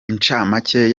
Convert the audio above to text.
inshamake